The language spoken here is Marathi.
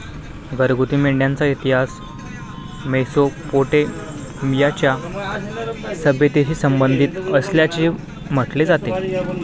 घरगुती मेंढ्यांचा इतिहास मेसोपोटेमियाच्या सभ्यतेशी संबंधित असल्याचे म्हटले जाते